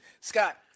Scott